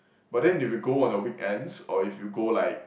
but then if you go on a weekends or if you go like